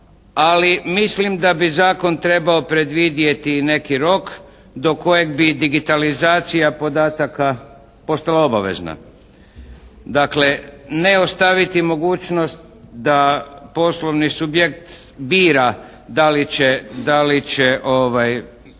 Ali mislim da bi zakon trebao predvidjeti i neki rok do kojeg bi digitalizacija podataka postala obavezna. Dakle, ne ostaviti mogućnost da poslovni subjekt bira, da li će